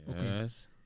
yes